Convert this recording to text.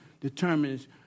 determines